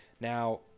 now